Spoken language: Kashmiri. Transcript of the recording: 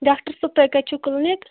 ڈاکٹر صٲب تۄہہِ کَتہِ چھُو کٕلنِک